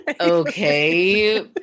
Okay